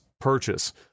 purchase